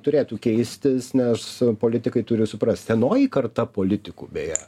turėtų keistis nes politikai turi suprast senoji karta politikų beje